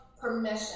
permission